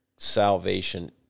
salvation